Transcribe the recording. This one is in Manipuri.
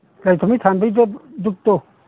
ꯂꯥꯏ ꯊꯥꯎꯃꯩ ꯊꯥꯟꯕꯩꯗꯣ ꯙꯨꯞꯇꯣ